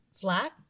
flat